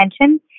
attention